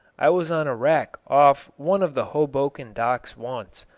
i was on a wreck off one of the hoboken docks once,